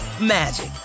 magic